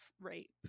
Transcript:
rape